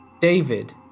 David